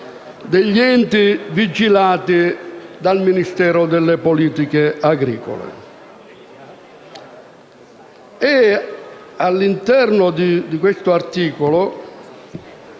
degli enti vigilati dal Ministero delle politiche agricole